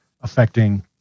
affecting